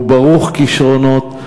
הוא ברוך כישרונות.